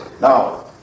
Now